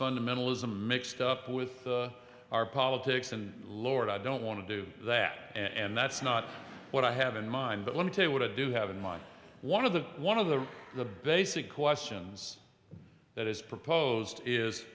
fundamentalism mixed up with our politics and lord i don't want to do that and that's not what i have in mind but let me tell you what i do have in mind one of the one of the the basic questions that is proposed is